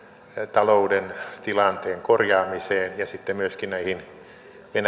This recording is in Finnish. talouden tilanteen korjaamiseen ja sitten myöskin näiden venäjä pakotteitten